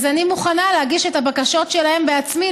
אז אני מוכנה בעצמי להגיש את הבקשות שלהם לוועדה,